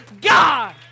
God